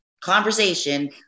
conversation